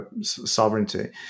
sovereignty